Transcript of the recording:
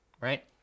right